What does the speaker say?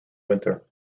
winter